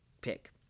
pick